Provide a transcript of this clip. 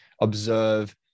observe